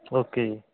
okay ਜੀ